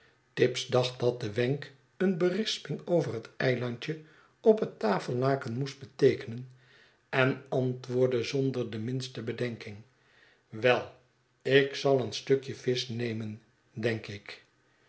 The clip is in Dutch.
tibbs dacht dat de wenk een berisping over het eilandje op het tafellaken moest beteekenen en antwoordde zonder de minste bedenking wei ik zal een stukje visch nemen denk ik